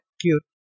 cute